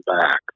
back